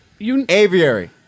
aviary